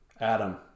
adam